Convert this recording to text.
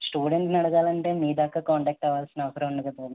స్టూడెంట్ని అడగాలంటే మీదాకా కాంటాక్ట్ అవ్వాల్సిన అవసరం ఉండదు కదా